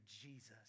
Jesus